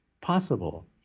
possible